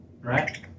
Right